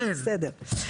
בסדר.